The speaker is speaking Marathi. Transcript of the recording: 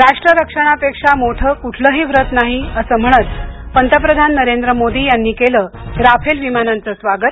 राष्ट्र रक्षणापेक्षा मोठं कुठलंही व्रत नाही असं म्हणत पंतप्रधान नरेंद्र मोदी यांनी केलं राफेल विमानांचं स्वागत